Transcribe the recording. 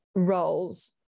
roles